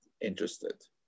interested